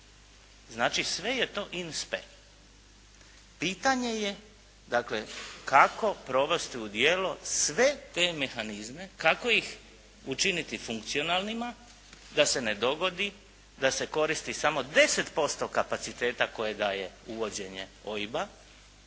Znači, sve je to in spe. Pitanje je kako provesti u djelo sve te mehanizme, kako ih učiniti funkcionalnima da se ne dogodi da se koristi samo 10% kapaciteta kojega je uvođenje OIB-a,